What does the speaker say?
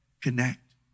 connect